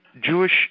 Jewish